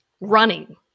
running